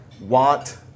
want